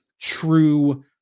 true